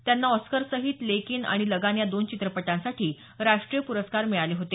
त्यांना ऑस्करसहित लेकिन आणि लगान या दोन चित्रपटांसाठी राष्ट्रीय पुरस्कार मिळाले होते